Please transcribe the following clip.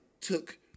took –